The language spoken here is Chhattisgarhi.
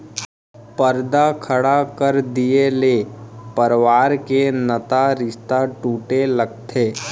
परदा खड़ा कर दिये ले परवार के नता रिस्ता टूटे लगथे